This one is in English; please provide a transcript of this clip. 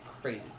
Crazy